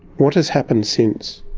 what has happened since?